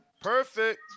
Perfect